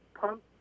pump